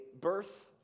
birth